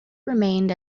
remained